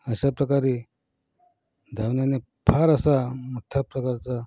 अशा प्रकारे धावण्याने फार असा मोठ्ठ्या प्रकारचा